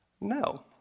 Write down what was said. No